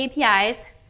APIs